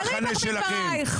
תחזרי בך מדברייך.